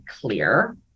clear